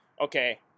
okay